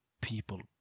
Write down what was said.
people